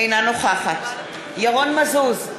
אינה נוכחת ירון מזוז,